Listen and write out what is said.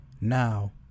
Now